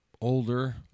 older